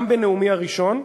גם בנאומי הראשון,